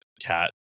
Cat